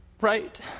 right